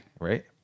right